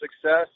success